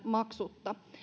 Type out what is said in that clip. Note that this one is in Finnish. maksutta